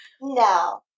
no